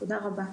תודה רבה.